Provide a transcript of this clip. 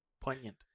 Poignant